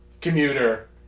Commuter